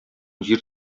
җир